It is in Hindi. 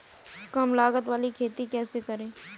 कम लागत वाली खेती कैसे करें?